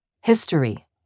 history